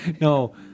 No